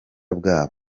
bwabo